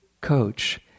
coach